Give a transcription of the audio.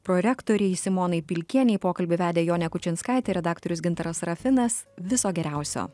prorektorei simonai pilkienei pokalbį vedė jonė kučinskaitė redaktorius gintaras rafinas viso geriausio